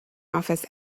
office